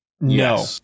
no